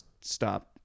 stop